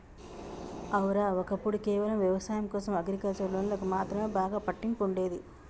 ఔర, ఒక్కప్పుడు కేవలం వ్యవసాయం కోసం అగ్రికల్చర్ లోన్లకు మాత్రమే బాగా పట్టింపు ఉండేది